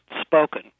spoken